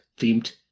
themed